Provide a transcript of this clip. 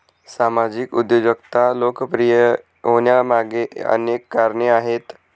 सामाजिक उद्योजकता लोकप्रिय होण्यामागे अनेक कारणे आहेत